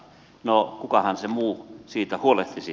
no kukahan muu siitä huolehtisi